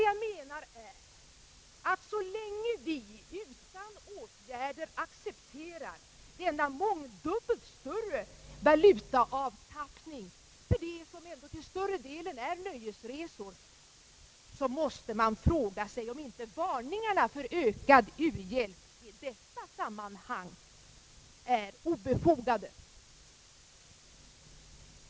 Jag menar att så länge vi utan åtgärder accepterar denna mångdubbelt större valutaavtappning för det som ändå till större delen är nöjesresor, måste man fråga sig om inte varningarna för ökad u-hjälp i detta sammanhansg är obefogade.